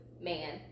man